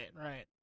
right